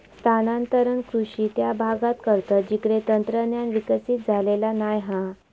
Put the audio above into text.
स्थानांतरण कृषि त्या भागांत करतत जिकडे तंत्रज्ञान विकसित झालेला नाय हा